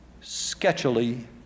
sketchily